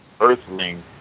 earthling